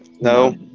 No